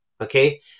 okay